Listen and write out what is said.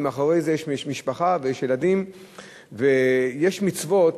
ומאחורי זה יש משפחה ויש ילדים ויש מצוות